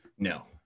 No